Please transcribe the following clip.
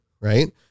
right